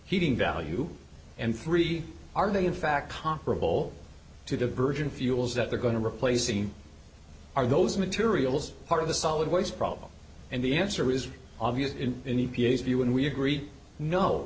heating value and three are they in fact comparable to diversion fuels that they're going to replacing are those materials part of the solid waste problem and the answer is obvious in the p s u and we agreed no